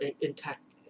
intact